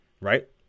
Right